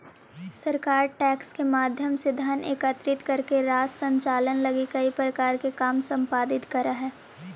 सरकार टैक्स के माध्यम से धन एकत्रित करके राज्य संचालन लगी कई प्रकार के काम संपादित करऽ हई